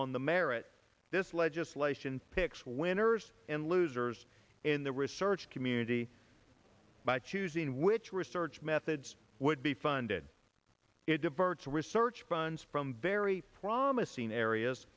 on the merit this legislation picks winners and losers in the research community by choosing which research methods would be funded it diverts research funds from very promising areas